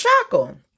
shackle